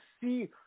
see